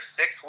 six